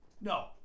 No